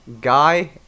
Guy